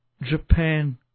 Japan